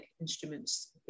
Instruments